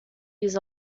years